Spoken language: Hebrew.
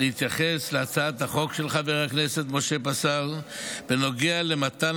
להתייחס להצעת החוק של חבר הכנסת משה פסל בנוגע למתן